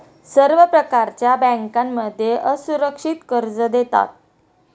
सर्व प्रकारच्या बँकांमध्ये असुरक्षित कर्ज देतात